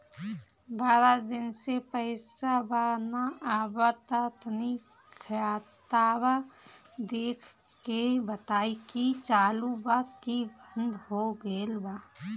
बारा दिन से पैसा बा न आबा ता तनी ख्ताबा देख के बताई की चालु बा की बंद हों गेल बा?